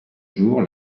jours